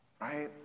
Right